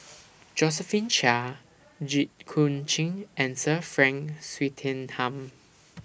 Josephine Chia Jit Koon Ch'ng and Sir Frank Swettenham